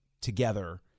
together